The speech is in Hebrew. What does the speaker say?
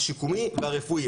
השיקומי והרפואי,